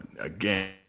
again